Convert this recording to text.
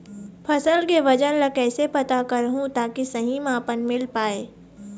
फसल के वजन ला कैसे पता करहूं ताकि सही मापन मील पाए?